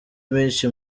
menshi